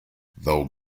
though